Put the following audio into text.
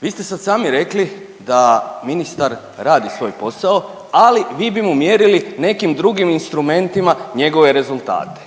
vi ste sad sami rekli da ministar radi svoj posao, ali vi bi mu mjerili nekim drugim instrumentima njegove rezultate.